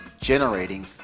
generating